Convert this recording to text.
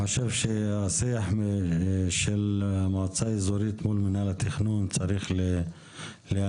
השיח של המועצה האזורית מול מנהל התכנון צריך להמשיך.